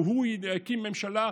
שהוא יקים ממשלה.